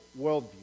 worldview